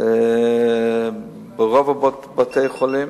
זה ברוב בתי-החולים.